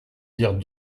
dire